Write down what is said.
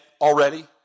already